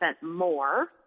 more